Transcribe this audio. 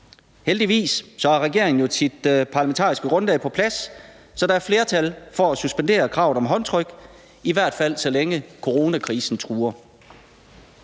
Heldigvis har regeringen sit parlamentariske grundlag på plads, så der er flertal for at suspendere kravet om håndtryk, i hvert fald så længe coronakrisen truer.